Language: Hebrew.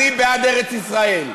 אני בעד ארץ-ישראל,